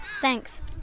Thanks